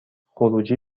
خروجی